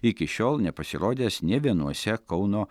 iki šiol nepasirodęs nė vienuose kauno